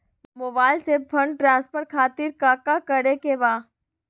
Mobile से fund transfer खातिर काका करे के बा?